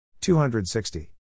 260